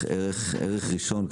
ערך ראשון.